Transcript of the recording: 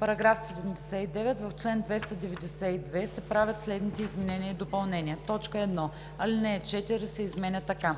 § 79: „§ 79. В чл. 292 се правят следните изменения и допълнения: 1. Алинея 4 се изменя така: